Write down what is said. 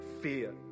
fear